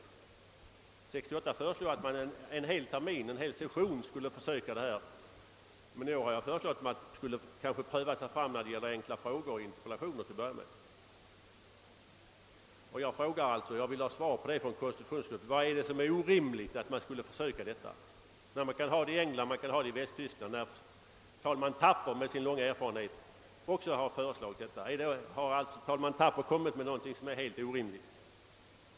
år 1968 föreslog jag att man en hel session skulle försöka detta system, men i år har jag föreslagit att man skulle pröva sig fram när det gäller enkla frågor och interpellationer. Jag frågar alltså, och jag vill ha svar från konstitutionsutskottet: Vad är det orimliga i att vi skulle göra ett försök med detta system, när man kan ha det i England och i Västtyskland och när talman Thapper med sin långa erfarenhet också har föreslagit det? Har talman Thapper föreslagit någonting som är helt orimligt?